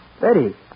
Betty